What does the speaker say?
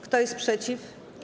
Kto jest przeciw?